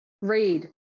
Read